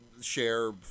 share